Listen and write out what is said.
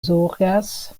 zorgas